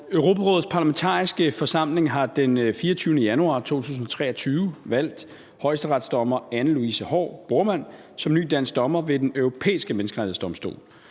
Europarådets Parlamentariske Forsamling har den 24. januar 2023 valgt højesteretsdommer Anne Louise Haahr Bormann som ny dansk dommer ved Den Europæiske Menneskerettighedsdomstol,